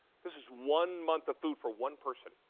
this is one month of food for one person.